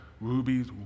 rubies